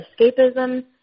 escapism